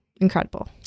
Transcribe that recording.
incredible